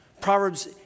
Proverbs